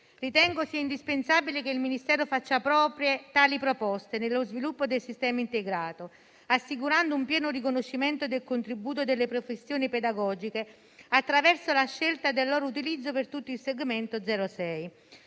Ritengo sia indispensabile che il Ministero faccia proprie tali proposte nello sviluppo del sistema integrato, assicurando un pieno riconoscimento del contributo delle professioni pedagogiche attraverso la scelta del loro utilizzo per tutto il segmento 0-6.